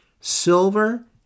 silver